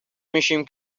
میشیم